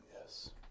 Yes